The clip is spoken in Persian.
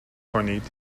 کنید